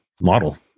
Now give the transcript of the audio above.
model